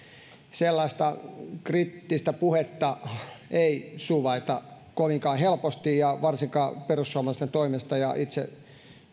sellaista kriittistä puhetta ei suvaita kovinkaan helposti ja varsinkaan perussuomalaisten toimesta ja itse